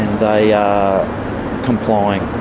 they are complying,